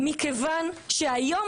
מכיוון שהיום,